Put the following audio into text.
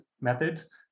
methods